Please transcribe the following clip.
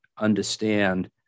understand